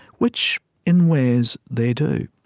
which in ways they do.